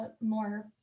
more